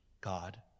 God